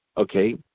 okay